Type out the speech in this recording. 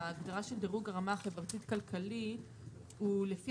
שההגדרה של דירוג הרמה החברתית כלכלית הוא לפי